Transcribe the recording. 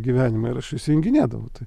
gyvenime ir aš išsijunginėdavau tai